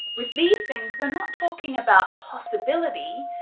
with these things, we're not talking about possibility.